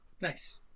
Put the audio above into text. Nice